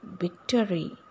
victory